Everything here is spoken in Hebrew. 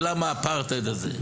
ולמה האפרטהייד הזה?